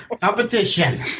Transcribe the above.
Competition